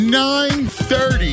9.30